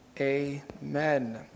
Amen